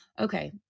Okay